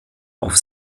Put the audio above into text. auf